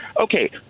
Okay